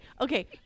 Okay